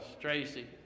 Tracy